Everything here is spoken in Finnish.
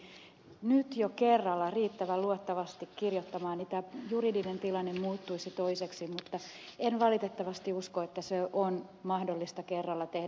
vistbackakin viittasi niihin nyt jo kerralla riittävän luotettavasti kirjoittamaan niin tämä juridinen tilanne muuttuisi toiseksi mutta en valitettavasti usko että se on mahdollista kerralla tehdä